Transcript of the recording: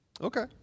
Okay